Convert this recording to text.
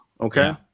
Okay